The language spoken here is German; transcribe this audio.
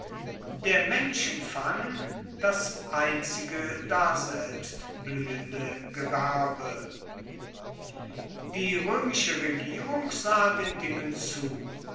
der menschenfang das einzige daselbst blühende gewerbe die römische regierung sah den dingen zu